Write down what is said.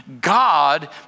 God